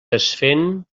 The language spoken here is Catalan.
desfent